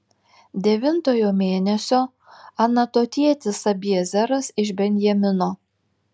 devintojo mėnesio anatotietis abiezeras iš benjamino